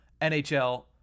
NHL